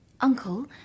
Uncle